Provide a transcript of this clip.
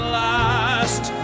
last